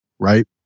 Right